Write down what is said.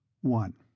One